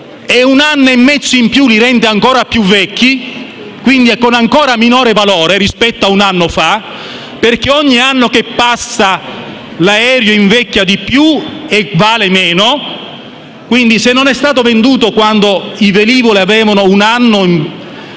un anno e mezzo in più li rende ancora più vecchi: quindi essi hanno ancora minor valore rispetto ad un anno fa, perché per ogni anno che passa l'aereo invecchia di più e vale di meno. Se non è stata venduta quando i velivoli avevano un anno di vita